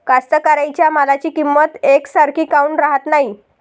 कास्तकाराइच्या मालाची किंमत यकसारखी काऊन राहत नाई?